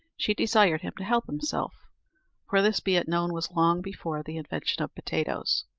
she desired him to help himself for this, be it known, was long before the invention of potatoes.